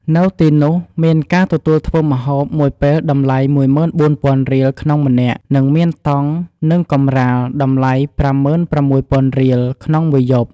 នៅទីនោះ មានការទទួលធ្វើម្ហូបមួយពេល តម្លៃ ១៤,០០០រៀល ក្នុងម្នាក់ និងមានតង់ និងកម្រាល តម្លៃ ៥៦,០០០រៀល ក្នុងមួយយប់។